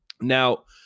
Now